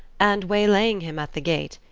and, way-laying him at the gate,